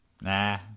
nah